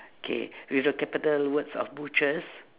k with the capital words of butchers